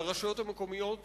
על הרשויות המקומיות